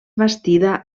bastida